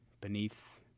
beneath